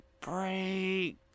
break